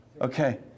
Okay